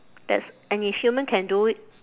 that's and if human can do it